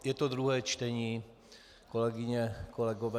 Je to druhé čtení, kolegyně, kolegové.